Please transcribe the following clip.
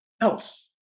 else